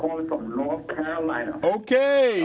calling from north carolina ok